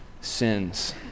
sins